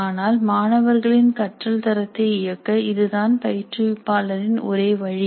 ஆனால் மாணவர்களின் கற்றல் தரத்தை இயக்க இதுதான் பயிற்றுவிப்பாளர் இன் ஒரே வழி